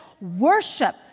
worship